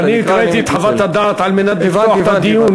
אני רק הקראתי את חוות הדעת על מנת לפתוח את הדיון,